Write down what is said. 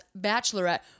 Bachelorette